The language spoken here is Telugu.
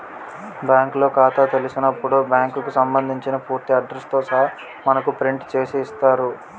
బ్యాంకులో ఖాతా తెలిసినప్పుడు బ్యాంకుకు సంబంధించిన పూర్తి అడ్రస్ తో సహా మనకు ప్రింట్ చేసి ఇస్తారు